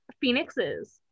Phoenixes